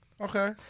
Okay